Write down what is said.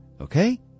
okay